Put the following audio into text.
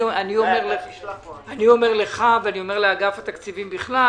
אני אומר לך ולאגף התקציבים בכלל